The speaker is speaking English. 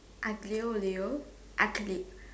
Aglio-Olio ugly